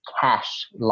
cash